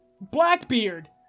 Blackbeard